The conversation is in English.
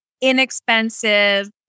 Inexpensive